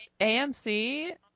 AMC